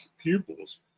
pupils